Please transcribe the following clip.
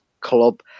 club